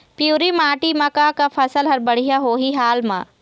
पिवरी माटी म का का फसल हर बढ़िया होही हाल मा?